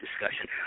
discussion